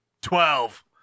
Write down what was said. Twelve